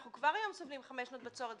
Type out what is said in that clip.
אנחנו כבר היום סובלים חמש שנות בצורת,